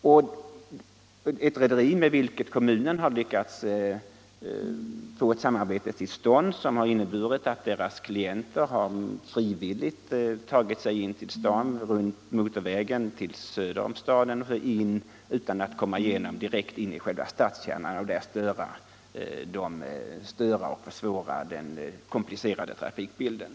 Det är ett rederi med vilket Helsingborgs kommun lyckats 5 maj 1975 få till stånd ett samarbete som inneburit att rederiets klienter frivilligt tagit sig in till staden runt motorvägen söderifrån utan att komma igenom Om en fast själva stadskärnan och där försvåra den komplicerade trafikbilden.